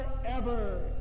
forever